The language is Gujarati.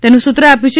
તેનું સૂત્ર આપ્યું છે